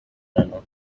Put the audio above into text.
yitwa